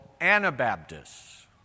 Anabaptists